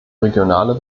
regionale